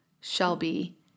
Shelby